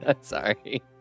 Sorry